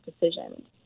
decisions